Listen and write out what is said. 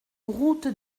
route